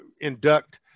induct